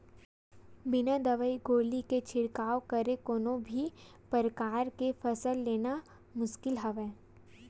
बिन दवई गोली के छिड़काव करे कोनो भी परकार के फसल लेना मुसकिल हवय